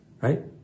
right